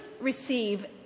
receive